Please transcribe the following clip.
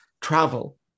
travel